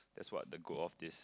that's what the goal of this